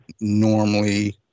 normally